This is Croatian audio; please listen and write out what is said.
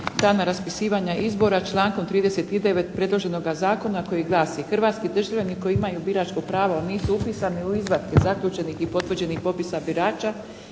dana raspisivanja izbora člankom 39. predloženoga zakona koji glasi, hrvatski državljani koji imaju biračko pravo a nisu upisani u izvatke zaključenih i potvrđenih popisa birača